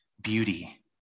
beauty